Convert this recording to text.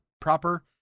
proper